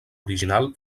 original